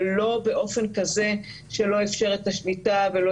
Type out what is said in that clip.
אבל לא באופן כזה שלא אפשר את השליטה ולא